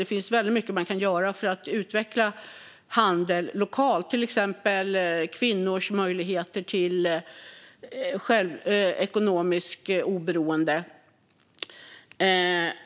Det finns mycket man kan satsa på för att utveckla handel lokalt, till exempel kvinnors möjligheter till ekonomiskt oberoende.